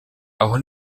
aho